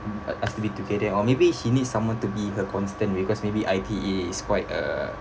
us to be together or maybe she need someone to be her constant because maybe I_T_E is quite uh